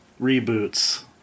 Reboots